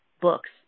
books